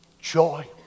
joy